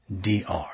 DR